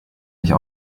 nicht